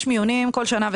יש מיונים כל שנה,